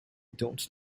don’t